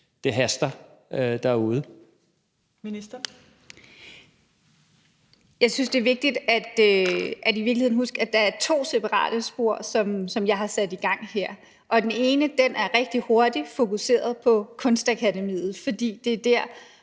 (Joy Mogensen): Jeg synes, det er vigtigt at huske, at det i virkeligheden er to separate spor, som jeg har sat i gang her. Det ene er rigtig hurtigt og fokuseret på Kunstakademiet, fordi det er dér,